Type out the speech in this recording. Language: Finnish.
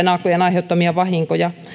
naakkojen aiheuttamia vahinkoja